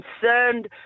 concerned